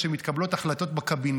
שמתקבלות החלטות בקבינט,